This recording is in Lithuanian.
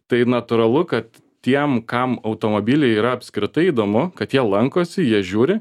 tai natūralu kad tiems kam automobiliai yra apskritai įdomu kad jie lankosi jie žiūri